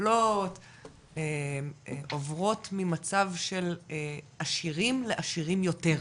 המטפלות עוברות ממצב של עשירים לעשירים יותר.